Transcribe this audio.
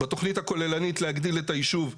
בתכנית הכוללנית להגדיל את היישוב,